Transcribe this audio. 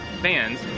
fans